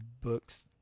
books